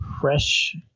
fresh